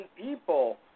people